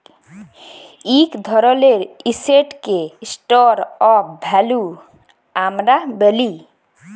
ইক ধরলের এসেটকে স্টর অফ ভ্যালু আমরা ব্যলি